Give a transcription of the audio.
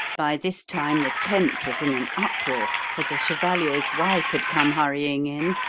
by this time the tent was in an uproar, for the chevalier's wife had come hurrying in,